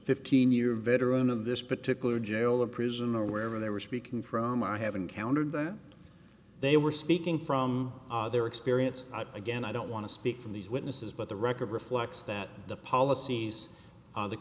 fifteen year veteran of this particular jail or prison or wherever they were speaking from i have encountered they were speaking from their experience again i don't want to speak from these witnesses but the record reflects that the policies